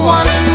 one